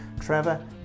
Trevor